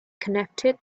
connected